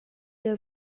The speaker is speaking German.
der